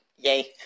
Yay